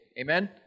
Amen